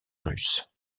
russe